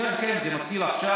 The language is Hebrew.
כן, כן, זה מתחיל עכשיו.